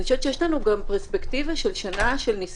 אני חושבת שיש לנו גם פרספקטיבה של שנת ניסיון,